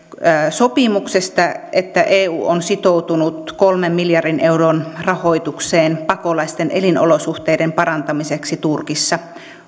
sopimuksesta että eu on sitoutunut kolmen miljardin euron rahoitukseen pakolaisten elinolosuhteiden parantamiseksi turkissa